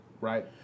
right